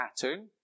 pattern